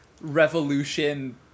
revolution